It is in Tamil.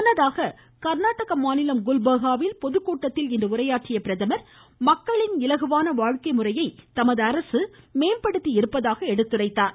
முன்னதாக கர்நாடக மாநிலம் குல்பர்காவில் பொதுக்கூட்டத்தில் உரையாற்றிய பிரதமர் மக்களின் இலகுவான வாழ்க்கை முறையை தமது அரசு மேம்படுத்தி இருப்பதாக எடுத்துரைத்தார்